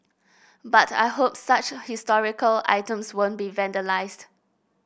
but I hope such historical items won't be vandalised